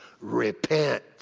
repent